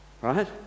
right